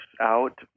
out